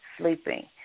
sleeping